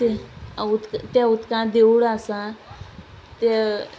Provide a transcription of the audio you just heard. ते उदक त्या उदकांत देवूळ आसा ते